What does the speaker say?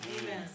amen